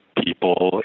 people